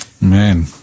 Man